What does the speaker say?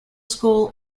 school